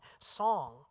song